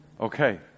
Okay